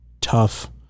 tough